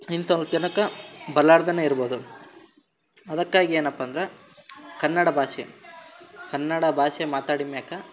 ಇನ್ನು ಸ್ವಲ್ಪ ಜನಕ್ಕೆ ಬರಲಾರ್ದೆನೇ ಇರ್ಬೋದು ಅದಕ್ಕಾಗಿ ಏನಪ್ಪ ಅಂದ್ರೆ ಕನ್ನಡ ಭಾಷೆ ಕನ್ನಡ ಭಾಷೆ ಮಾತಾಡಿದ ಮೇಲೆ